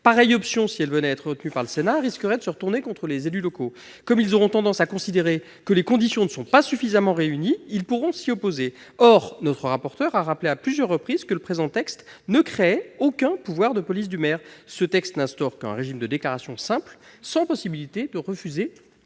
Pareille option, si elle venait à être retenue par le Sénat, risquerait de se retourner contre les élus locaux. Comme ils auront tendance à considérer que les conditions ne sont pas suffisamment réunies, ils pourront s'y opposer. Or notre rapporteur a rappelé à plusieurs reprises que le présent texte ne créait aucun pouvoir de police du maire. Ce texte n'instaure qu'un régime de déclaration simple sans possibilité de refuser